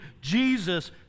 Jesus